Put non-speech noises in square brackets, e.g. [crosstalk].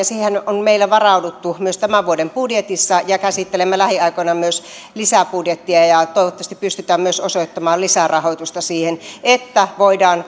[unintelligible] siihen on meillä varauduttu myös tämän vuoden budjetissa ja käsittelemme lähiaikoina myös lisäbudjettia toivottavasti pystytään myös osoittamaan lisärahoitusta siihen että voidaan [unintelligible]